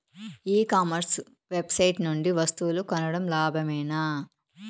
ఈ commerce website నుండి వస్తువులు కొనడం లాభమేనా?